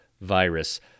virus